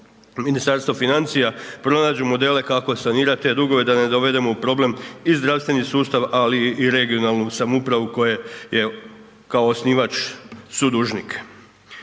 Ministarstvo financija pronađu modele kako sanirati te dugove da ne dovedemo u problem i zdravstveni sustav ali i regionalnu samoupravu koja je kao osnivač sudužnik.